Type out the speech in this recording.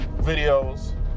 videos